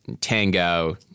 tango